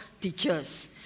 teachers